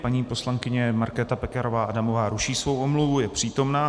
Paní poslankyně Markéta Pekarová Adamová ruší svou omluvu, je přítomna.